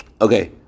Okay